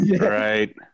Right